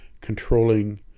controlling